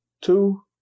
Two